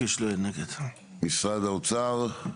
משרד האוצר?